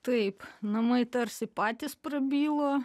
taip namai tarsi patys prabyla